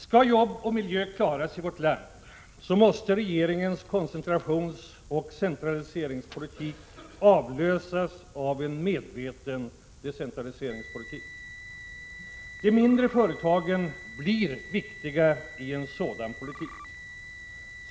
Skall jobb och miljö klaras i vårt land måste regeringens koncentrationsoch centraliseringspolitik avlösas av en medveten decentraliseringspolitik. De mindre företagen blir viktiga i en sådan politik.